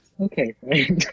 Okay